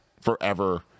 forever